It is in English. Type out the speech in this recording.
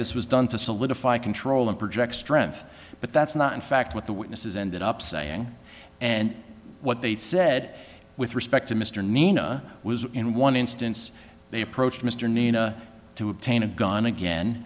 this was done to solidify control and project strength but that's not in fact what the witnesses ended up saying and what they said with respect to mr nina was in one instance they approached mr naina to obtain a gun again